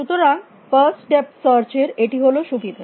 সুতরাং first depth search এর এটি হল সুবিধা